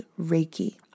Reiki